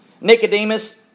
Nicodemus